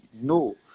no